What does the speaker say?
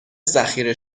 ذخیره